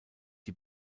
die